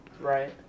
Right